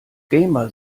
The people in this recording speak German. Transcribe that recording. gamer